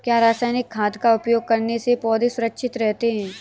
क्या रसायनिक खाद का उपयोग करने से पौधे सुरक्षित रहते हैं?